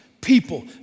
people